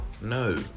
no